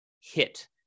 hit